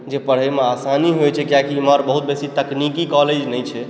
जे पढ़यमे आसानी होइ चाही कियाकि इम्हर बहुत बेसी तकनिकी कॉलेज नइ छै